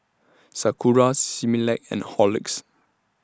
Sakura Similac and Horlicks